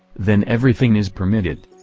then everything is permitted.